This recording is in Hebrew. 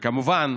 כמובן,